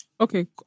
Okay